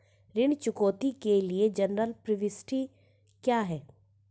ऋण चुकौती के लिए जनरल प्रविष्टि क्या है?